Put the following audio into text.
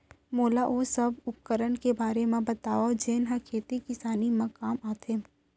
मोला ओ सब उपकरण के बारे म बतावव जेन ह खेती किसानी म काम आथे?